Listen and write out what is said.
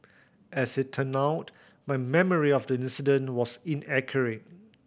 as it turned out my memory of the incident was inaccurate